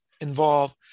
involved